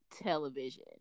television